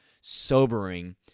sobering